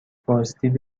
بازدید